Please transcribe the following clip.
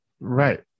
Right